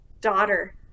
Daughter